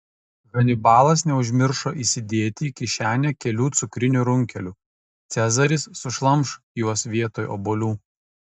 hanibalas neužmiršo įsidėti į kišenę kelių cukrinių runkelių cezaris sušlamš juos vietoj obuolių